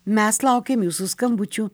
mes laukiam jūsų skambučių